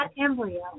embryo